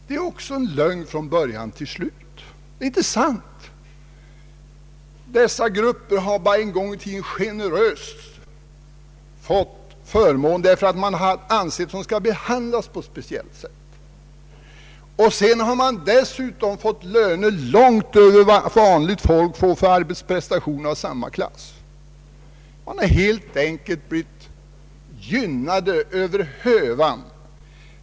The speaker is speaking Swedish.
Det är också lögn från början till slut. Dessa grupper har en gång i tiden generöst fått förmåner därför att det ansetts att de skall behandlas på ett speciellt sätt, och dessutom har de fått löner långt utöver vad vanligt folk får för arbetsprestationer av samma klass. De har helt enkelt blivit gynnade över hövan.